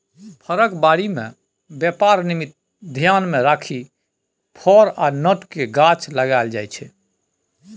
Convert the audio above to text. फरक बारी मे बेपार निमित्त धेआन मे राखि फर आ नट केर गाछ लगाएल जाइ छै